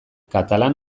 katalan